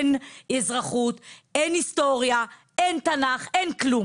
אין אזרחות, אין היסטוריה, אין תנ"ך, אין כלום.